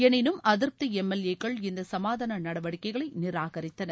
எனினும் அதிருப்தி எம்எல்ஏக்கள் இந்த சமாதான நடவடிக்கைகளை நிராகரித்தனர்